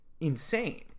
insane